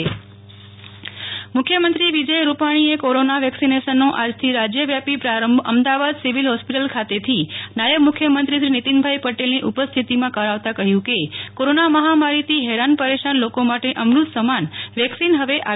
નેહ્લ ઠક્કર રાજ્ય રસીકરણ મુખ્યમંત્રી વિજય રૂપાણીએ કોરોના વેકસીનેશનનો આજથી રાજ્યવ્યાપી પ્રારંભ અમદાવાદ સિવીલ હોસ્પિટલ ખાતેથી નાયબ મુખ્યમંત્રી શ્રી નીતિનભાઇ પટેલની ઉપસ્થિતીમાં કરાવતાં કહ્યું કે કોરોના મહામારીથી હેરાન પરેશાન લોકો માટે અમૃત સમાન વેકસીન હવે આવી ગઇ છે